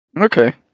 Okay